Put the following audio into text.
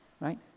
right